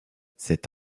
cette